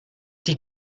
die